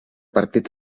partit